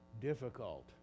difficult